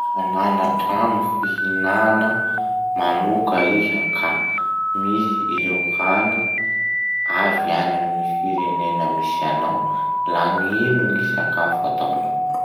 Laha nana trano fihinana manoka iha ka misy ireo hany avy any amy ny firenena misy anao la gn'ino gny sakafo ataonao?